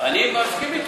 אני מסכים אתו.